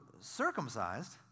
circumcised